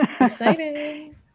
Exciting